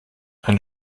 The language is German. ein